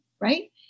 right